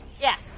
yes